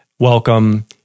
welcome